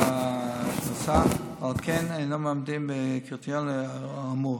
הכנסה ועל כן אינם עומדים בקריטריון האמור.